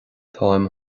táim